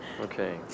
Okay